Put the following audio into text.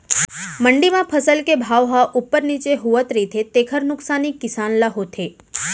मंडी म फसल के भाव ह उप्पर नीचे होवत रहिथे तेखर नुकसानी किसान ल होथे